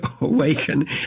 awaken